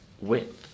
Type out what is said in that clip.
width